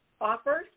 offers